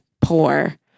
poor